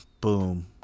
boom